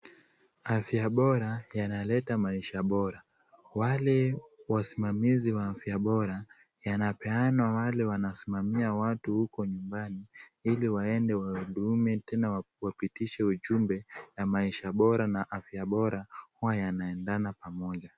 Afya bora yanaleta maisha bora. Wale wasimamizi wa afya bora yanapeanwa wale wanasimamia watu huko nyumbani ili waende wahudumie tena wapitishe ujumbe na maisha bora na afya bora kuwa yanaendana pamoja.